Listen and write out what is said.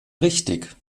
richtig